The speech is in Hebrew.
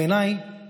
בעיניי